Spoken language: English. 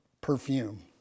perfume